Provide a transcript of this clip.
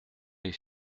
les